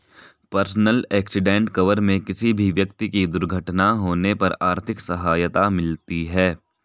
personal accident cover में किसी भी व्यक्ति की दुर्घटना होने पर आर्थिक सहायता मिलती है